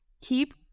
keep